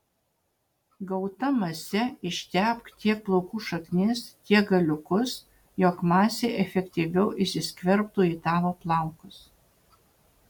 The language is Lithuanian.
gauta mase ištepk tiek plaukų šaknis tiek galiukus jog masė efektyviau įsiskverbtų į tavo plaukus